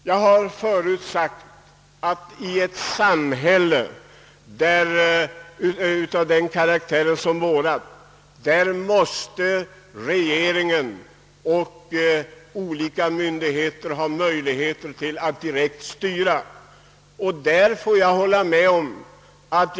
Jag har förut sagt att regeringen och myndigheterna måste ha möjlighet att direkt styra utvecklingen i ett samhälle sådant som vårt.